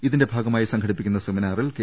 ഇതിന്റെ ഭാഗമായി സംഘടിപ്പിക്കുന്ന സെമിനാറിൽ കെ